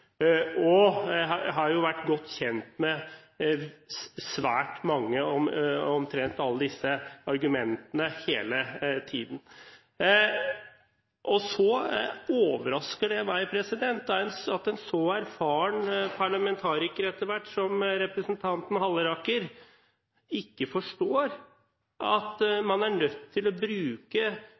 og jeg har vært godt kjent med svært mange av, omtrent alle, disse argumentene hele tiden. Så det overrasker meg at en etter hvert så erfaren parlamentariker som representanten Halleraker ikke forstår at man er nødt til å bruke